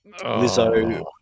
Lizzo